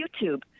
YouTube